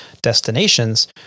destinations